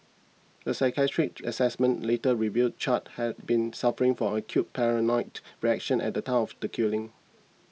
a psychiatric assessment later revealed Char had been suffering from acute paranoid reaction at the time of the killing